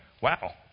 wow